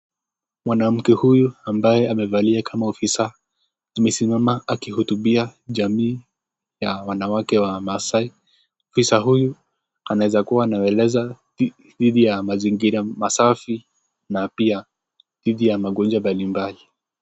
Mwanamke huyu ambaye amevalia kama ofisa amesimama akihutubia jamii ya wanawake wa maasai. Ofisa huyu anaweza kuwa anawaeleza dhidi ya mazingira masafi na pia dhidi ya magonjwa mbali mbali.